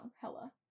Hella